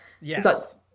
Yes